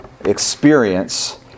experience